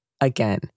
Again